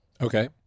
Okay